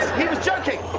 he was joking,